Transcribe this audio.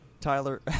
Tyler